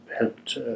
helped